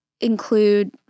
include